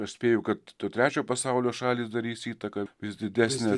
aš spėju kad to trečio pasaulio šalys darys įtaką vis didesnę